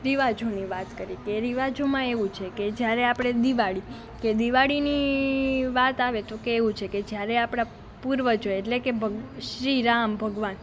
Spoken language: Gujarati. રિવાજોની વાત કરી કે રિવાજોમાં એવું છે કે જ્યારે આપણે દિવાળી કે દિવાળીની વાત આવે તો કે એવું છે કે જ્યારે આપણા પૂર્વજો એટલે કે શ્રી રામ ભગવાન